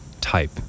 type